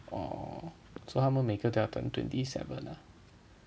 oh so 他们每一个都要等 twenty seven ah